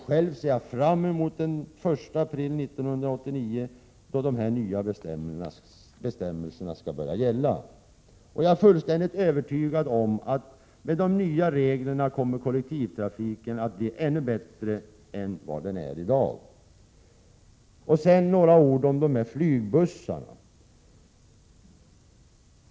Själv ser jag fram emot den 1 april 1989 när dessa nya bestämmelser skall börja gälla. Jag är fullständigt övertygad om att med de nya reglerna kommer kollektivtrafiken att bli ännu bättre än vad den är i dag. Sedan vill jag säga några ord om flygbussarna.